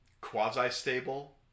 quasi-stable